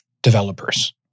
Developers